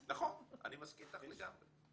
נכון, אני מסכים איתך לגמרי.